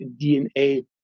DNA